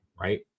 right